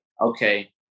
okay